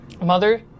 Mother